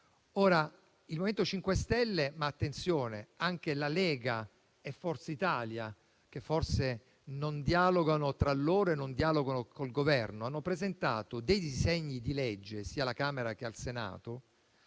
Ora il MoVimento 5 Stelle, ma - attenzione - anche la Lega e Forza Italia, che forse non dialogano tra loro e non dialogano con il Governo, hanno presentato dei disegni di legge, sia alla Camera che al Senato,